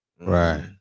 right